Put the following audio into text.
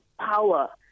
power